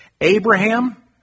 Abraham